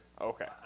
Okay